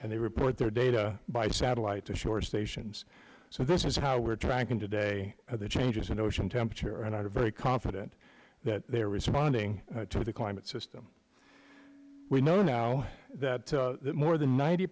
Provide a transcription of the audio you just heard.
and they report their data by satellite to shore stations so this is how we are tracking today the changes in ocean temperature and are very confident that they are responding to the climate system we know now that more than ninety